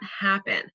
happen